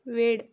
वेळ